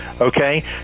okay